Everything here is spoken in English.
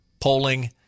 polling